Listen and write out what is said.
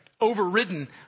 overridden